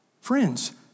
Friends